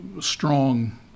strong